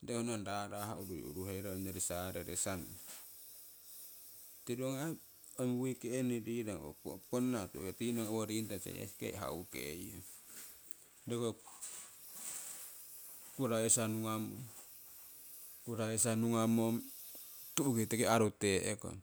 Roki hoyori nong raraah urui uru herong ongyori sarere sunde. Tirungo aii ong wuikeni rirong ponna tii nong owo ringoto jsk kori haukeiyong roki ho kuraisa nguamong kuraisa ngungamomg tu'ki tiki aruteekong